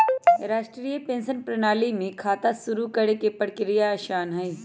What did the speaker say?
राष्ट्रीय पेंशन प्रणाली में खाता शुरू करे के प्रक्रिया आसान हई